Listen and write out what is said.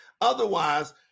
otherwise